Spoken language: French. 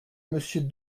monsieur